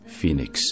Phoenix